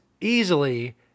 easily